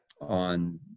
on